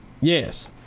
Yes